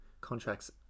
contracts